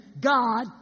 God